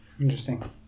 Interesting